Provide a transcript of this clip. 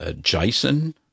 Jason